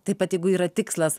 taip pat jeigu yra tikslas